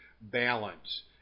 balance